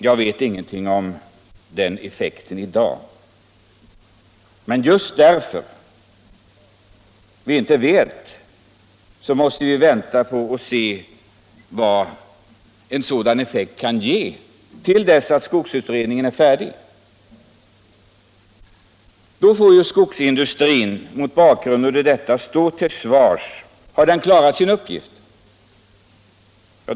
Jag vet ingenting om den effekten i dag, men just därför att vi inte vet måste vi vänta och se vad en sådan effekt kan ge till dess att skogsutredningen är färdig. Då får skogsindustrin redovisa hur den har klarat sin uppgift.